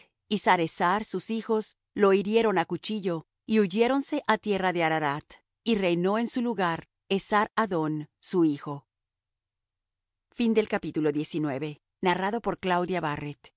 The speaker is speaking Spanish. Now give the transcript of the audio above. y saresar sus hijos lo hirieron á cuchillo y huyéronse á tierra de ararat y reinó en su lugar esar hadón su hijo